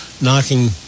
knocking